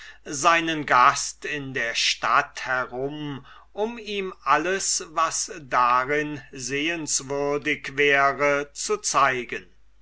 seinen gast in der stadt herum um ihm alles was darin sehenswürdig wäre zu zeigen